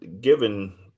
given